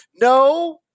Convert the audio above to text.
No